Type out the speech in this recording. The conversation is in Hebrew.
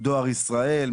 דואר ישראל,